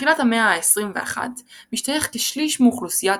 בתחילת המאה ה-21 משתייך כשליש מאוכלוסיית